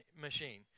machine